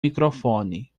microfone